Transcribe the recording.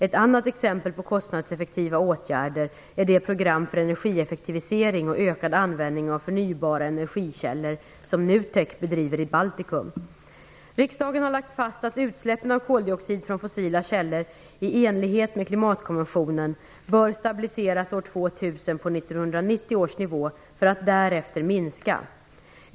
Ett annat exempel på kostnadseffektiva åtgärder är det program för energieffektivisering och ökad användning av förnybara energikällor som NUTEK bedriver i Baltikum. Riksdagen har lagt fast att utsläppen av koldioxid från fossila källor - i enlighet med klimatkonventionen - bör stabiliseras år 2000 på 1990 års nivå, för att därefter minska.